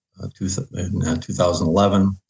2011